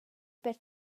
per